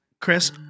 Chris